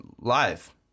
live